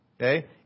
Okay